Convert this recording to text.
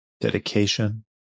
dedication